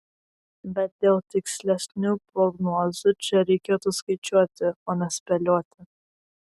bet dėl tikslesnių prognozių čia reikėtų skaičiuoti o ne spėlioti